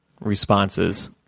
responses